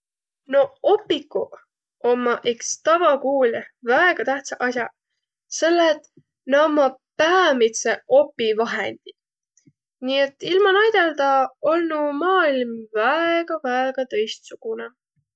Noq opikuq ommaq iks tavakuulõh väega tähtsäq as'aq, selle et na ommaq päämidseq opivahendiq. Nii et ilma naidõldaq olnu maailm väega, väega tõistsugunõ.